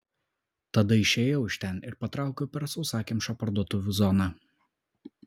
tada išėjau iš ten ir patraukiau per sausakimšą parduotuvių zoną